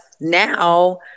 now